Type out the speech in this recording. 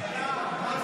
חבר